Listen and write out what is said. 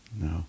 no